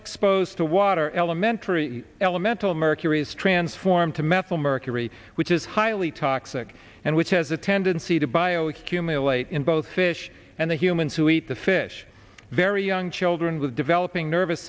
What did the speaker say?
exposed to water elementary elemental emerge curious transform to methyl mercury which is highly toxic and which has a tendency to bio accumulate in both fish and the humans who eat the fish very young children with developing nervous